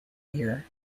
year